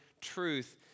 truth